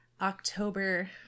October